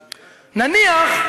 נחמן,